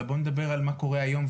אלא בואי נדבר על מה קורה היום,